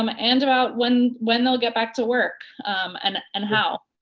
um and about when when they'll get back to work and and how.